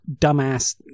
dumbass